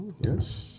Yes